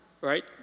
right